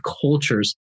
cultures